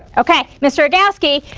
okay mr. radowsky,